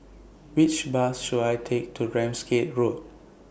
Which Bus should I Take to Ramsgate Road